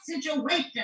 situation